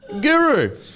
Guru